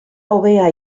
hobea